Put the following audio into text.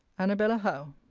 anabella howe.